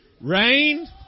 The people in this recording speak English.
Rain